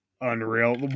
unreal